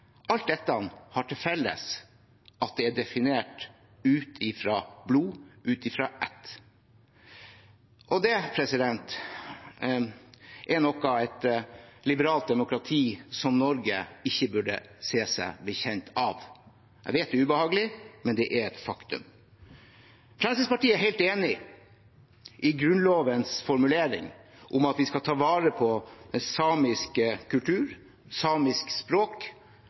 felles at det er definert ut fra blod, ut fra ætt. Det er noe et liberalt demokrati som Norge ikke burde være bekjent av. Jeg vet det er ubehagelig, men det er et faktum. Fremskrittspartiet er helt enig i Grunnlovens formulering om at vi skal ta vare på samisk kultur, samisk språk